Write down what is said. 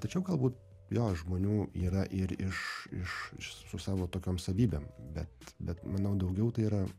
tačiau galbūt jo žmonių yra ir iš iš su savo tokiom savybėm bet bet manau daugiau tai yra